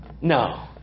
No